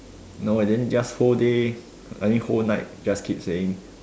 no and then he just whole day I mean whole night just keep saying